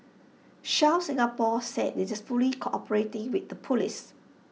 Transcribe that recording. Shell Singapore said IT is fully cooperating with the Police